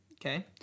okay